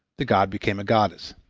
the god became a goddess.